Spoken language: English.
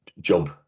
job